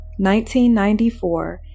1994